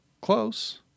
Close